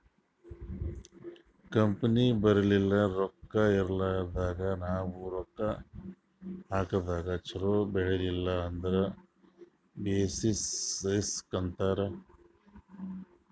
company ಬಲ್ಲಿ ರೊಕ್ಕಾ ಇರ್ಲಾರ್ದಾಗ್ ನಾವ್ ರೊಕ್ಕಾ ಹಾಕದಾಗ್ ಛಲೋ ಬೆಳಿಲಿಲ್ಲ ಅಂದುರ್ ಬೆಸಿಸ್ ರಿಸ್ಕ್ ಅಂತಾರ್